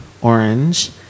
orange